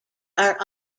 are